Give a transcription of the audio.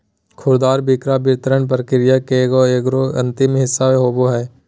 खुदरा बिक्री वितरण प्रक्रिया के एगो अंतिम हिस्सा होबो हइ